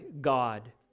God